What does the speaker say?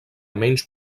menys